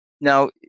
Now